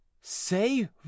say